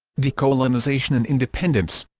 decolonization and independence